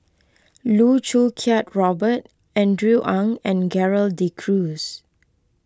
Loh Choo Kiat Robert Andrew Ang and Gerald De Cruz